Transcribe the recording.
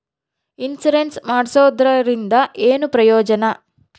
Insurance ಮಾಡ್ಸೋದರಿಂದ ಏನು ಪ್ರಯೋಜನ?